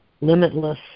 limitless